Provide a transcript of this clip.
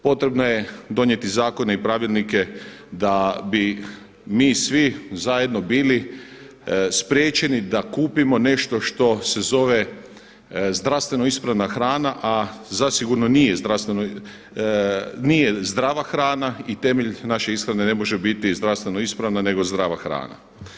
Potrebno je donijeti zakone i pravilnike da bi mi svi zajedno bili spriječeni da kupimo nešto što se zove zdravstveno ispravna hrana, a zasigurno nije zdrava hrana i temelj naše ishrane ne može biti zdravstveno ispravna, nego zdrava hrana.